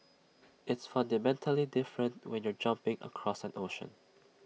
it's fundamentally different when you're jumping across an ocean